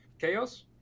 chaos